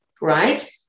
right